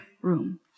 room